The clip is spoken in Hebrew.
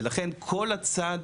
ולכן כל הצד,